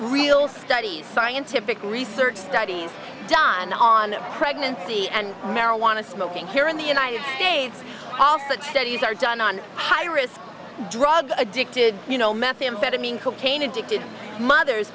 real studies scientific research studies done on pregnancy and marijuana smoking here in the united states all such studies are done on high risk drug addicted you know methamphetamine cocaine addicted mothers